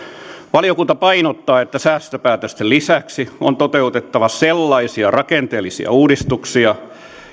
valiokunta painottaa että säästöpäätösten lisäksi on toteutettava sellaisia rakenteellisia uudistuksia